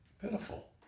pitiful